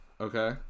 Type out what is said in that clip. okay